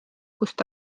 kust